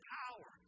power